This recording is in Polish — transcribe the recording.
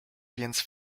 więc